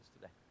today